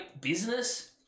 business